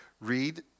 read